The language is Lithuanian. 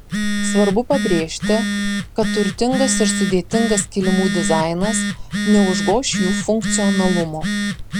svarbu pabrėžti kad turtingas ir sudėtingas kilimų dizainas neužgoš jų funkcionalumo